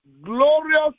glorious